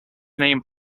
name